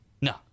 No